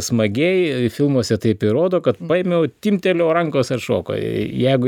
smagiai filmuose taip ir rodo kad paėmiau timptelėjau rankos atšoko jeigu